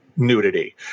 Nudity